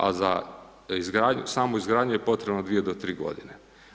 A za izgradnju, samu izgradnju je potrebno 2-3 godine.